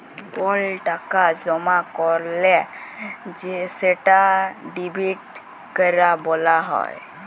call টাকা জমা ক্যরলে সেটা ডেবিট ক্যরা ব্যলা হ্যয়